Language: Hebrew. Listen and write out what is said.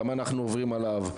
גם אנחנו עוברים עליו.